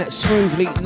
smoothly